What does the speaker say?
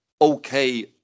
okay